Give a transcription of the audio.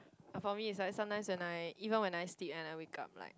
uh for me it's like sometimes when I even when I sleep and I wake up like